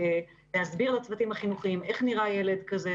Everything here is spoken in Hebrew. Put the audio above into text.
להסביר לצוותים החינוכיים איך נראה ילד כזה.